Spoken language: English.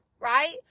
right